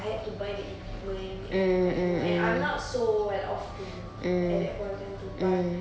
I had to buy the equipment and and and I'm not so well off too at that point of time to buy